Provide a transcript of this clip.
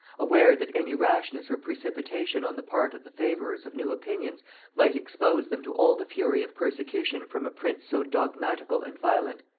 aware that any rashness or precipitation on the part of the favorers of new opinions might expose them to all the fury of persecution from a prince so dogmatical and violent,